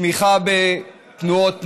תמיכה בתנועות נוער,